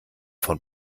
von